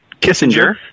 Kissinger